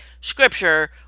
scripture